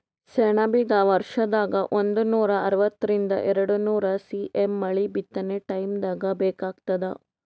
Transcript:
ಸೆಣಬಿಗ ವರ್ಷದಾಗ್ ಒಂದನೂರಾ ಅರವತ್ತರಿಂದ್ ಎರಡ್ನೂರ್ ಸಿ.ಎಮ್ ಮಳಿ ಬಿತ್ತನೆ ಟೈಮ್ದಾಗ್ ಬೇಕಾತ್ತದ